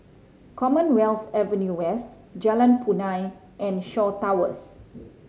Commonwealth Avenue West Jalan Punai and Shaw Towers